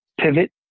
pivot